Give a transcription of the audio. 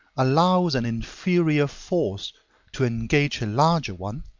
allows an inferior force to engage a larger one,